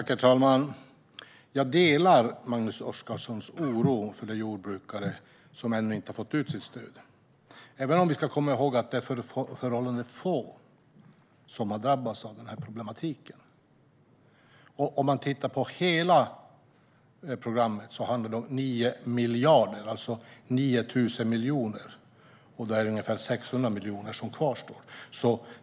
Herr talman! Jag delar Magnus Oscarssons oro för de jordbrukare som ännu inte har fått ut sitt stöd, även om vi ska komma ihåg att förhållandevis få har drabbats av problematiken. Tittar man på hela programmet ser man att det handlar om 9 miljarder, alltså 9 000 miljoner. Av dessa kvarstår ungefär 600 miljoner.